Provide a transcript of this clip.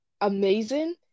amazing